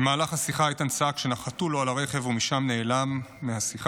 במהלך השיחה איתן צעק שנחתו לו על הרכב ומשם נעלם מהשיחה.